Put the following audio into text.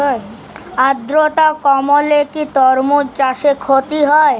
আদ্রর্তা কমলে কি তরমুজ চাষে ক্ষতি হয়?